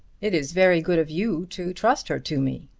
it is very good of you to trust her to me,